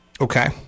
okay